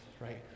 right